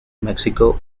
mexico